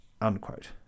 Unquote